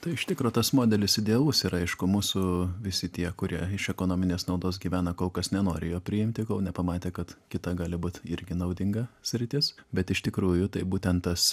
tai iš tikro tas modelis idealus yra aišku mūsų visi tie kurie iš ekonominės naudos gyvena kol kas nenori jo priimti kol nepamatė kad kita gali būt irgi naudinga sritis bet iš tikrųjų tai būtent tas